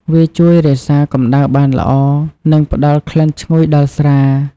វាជួយរក្សាកំដៅបានល្អ និងផ្ដល់ក្លិនឈ្ងុយដល់ស្រា។